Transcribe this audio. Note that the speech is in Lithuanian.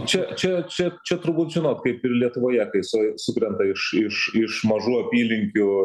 čia čia čia čia turbūt žinot kaip ir lietuvoje kai su su sukrenta iš iš iš mažų apylinkių